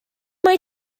find